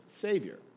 Savior